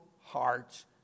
heart's